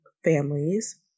families